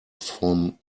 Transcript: from